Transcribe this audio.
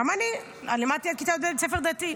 גם אני, עד כיתה י"ב למדתי בבית ספר דתי.